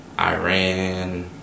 Iran